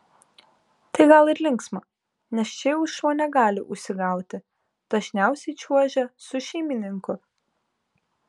tai gal ir linksma nes čia jau šuo negali užsigauti dažniausiai čiuožia su šeimininku